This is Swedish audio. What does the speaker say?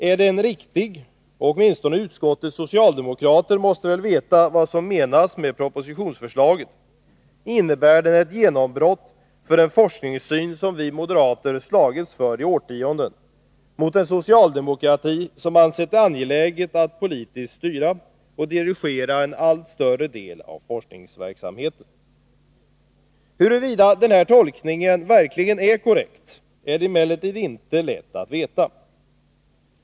Ärden riktig — och åtminstone utskottets socialdemokrater måste väl veta vad som menas med propositionsförslaget — innebär den ett genombrott för en forskningssyn som vi moderater har slagits för i årtionden mot en socialdemokrati som ansett det angeläget att politiskt styra och dirigera en allt större del av forskningsverksamheten. Huruvida denna tolkning verkligen är korrekt är det emellertid inte lätt att veta.